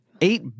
eight